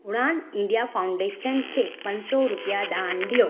उड़ान India foundation खे पंज सौ रुपया दान ॾियो